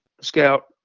scout